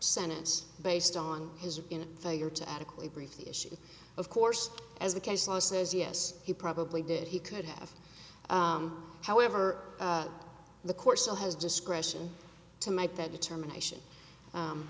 sentence based on his failure to adequately brief the issue of course as the case law says yes he probably did he could have however the court so has discretion to make that determination